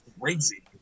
crazy